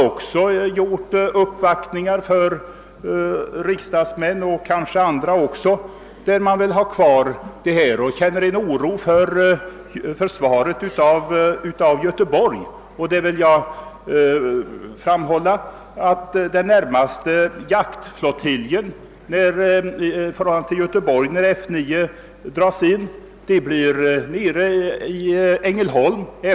Man har uppvaktat riksdagsmän och kanske även andra för att man vill ha kvar F 9 och känner oro över försvaret av Göteborg. Jag vill framhålla att när F 9 dras in är F 10 i Ängelholm närmaste jaktflottiljen för Göteborg.